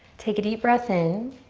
take a deep breath in.